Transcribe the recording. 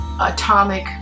atomic